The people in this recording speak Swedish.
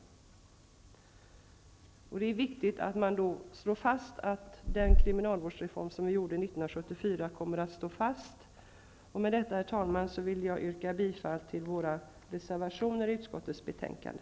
Det är viktigt att fastslå att 1974 års kriminalvårdsreform kommer att stå fast. Herr talman! Med detta vill jag yrka bifall till våra reservationer i utskottets betänkande.